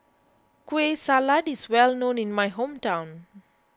Kueh Salat is well known in my hometown